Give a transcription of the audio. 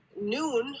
noon